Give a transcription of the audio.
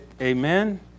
Amen